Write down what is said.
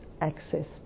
access